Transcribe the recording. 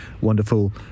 wonderful